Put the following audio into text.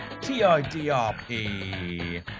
t-i-d-r-p